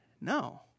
No